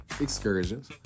excursions